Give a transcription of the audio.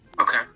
okay